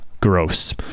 gross